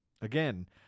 again